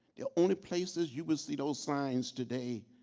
the only places you will see those signs today,